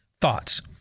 Thoughts